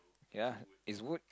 ya it's wood